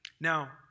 Now